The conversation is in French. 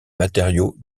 matériaux